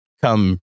come